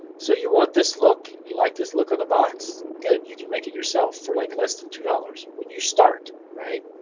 so you want his look, you like this look on a box? good, you can make it yourself for like less than two dollars when you start, right.